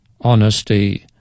honesty